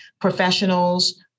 professionals